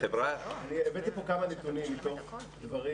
אני הבאתי לפה כמה נתונים מתוך דברים